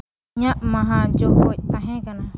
ᱤᱧᱟᱹᱜ ᱢᱚᱦᱟᱡᱚᱭ ᱛᱟᱦᱮᱸ ᱠᱟᱱᱟ